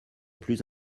plus